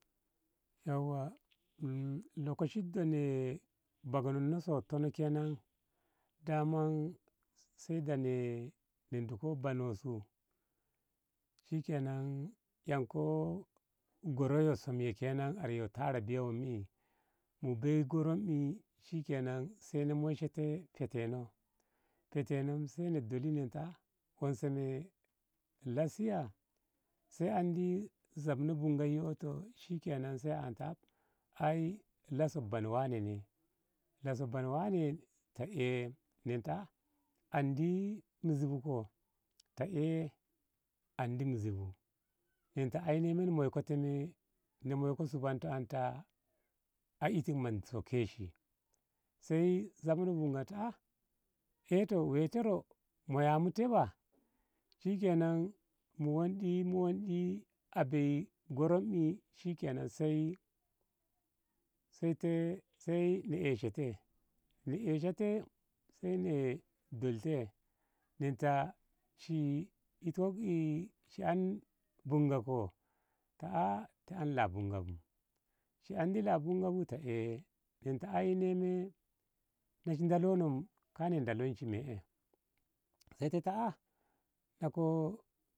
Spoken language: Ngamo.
Yauwa lokoci ɗo babneno so tono ne kenan daman sai da ni diko banonsu shikenan yanko goro yo som ye kenan are yo tare biya wom e mu bei goroi e shikenan sai in moishe te hetono heteno sai na dole wonse me las siya sai andi zabno bunga ɗoto shikenan sai an ta ab ai las bano wane las ban wane ta. e nenta andi mizi bu ko ta e andi mizi bu inta ne ai ne moiko te me in moiko suba an ta a iti mondu keshi sai zabno bunga ta a e toh woi te ro moya mu te ba shikenan mu wondi mu wondi abei goro i shikenan sai tai sai na esha te ni esha te sai na dol te in ta shi an bunga ko ta a te an la bunga bu shi andi la bunga bu ta e inta ai ne me na shi dalo no kan na dalo shi me. e sai te ta a.